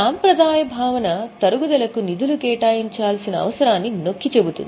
సాంప్రదాయిక భావన తరుగుదల కు నిధులు కేటాయించాల్సిన అవసరాన్ని నొక్కి చెబుతుంది